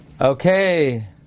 Okay